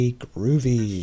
groovy